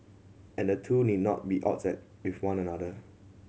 and the two need not be odds at with one another